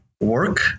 work